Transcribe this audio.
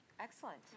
Excellent